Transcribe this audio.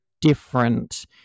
different